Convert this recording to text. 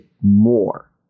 more